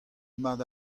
mat